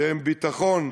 שהם ביטחון,